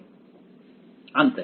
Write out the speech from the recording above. ছাত্র আনপ্রাইম